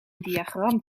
diagram